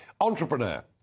entrepreneur